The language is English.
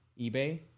eBay